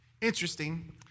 Interesting